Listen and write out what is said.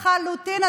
לחלוטין,